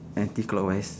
anti clockwise